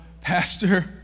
pastor